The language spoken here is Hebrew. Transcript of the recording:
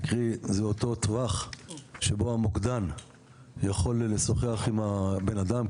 קרי זה אותו טווח שבו המוקדן יכול לשוחח עם הבן אדם.